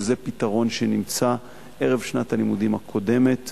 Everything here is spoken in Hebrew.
שזה פתרון שנמצא ערב שנת הלימודים הקודמת